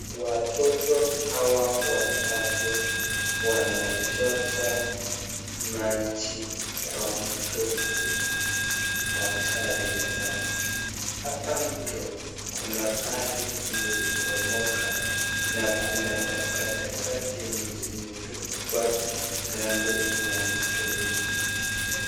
Watoto hawa watatu wanachota maji kwa mto hatari sana, hapa mto kuna pahali imeboromoka, na kuna takataka zenye zimetupea kando ya mto hii.